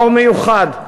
דור מיוחד,